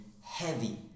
heavy